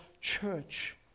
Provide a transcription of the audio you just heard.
church